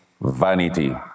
vanity